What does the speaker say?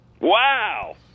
Wow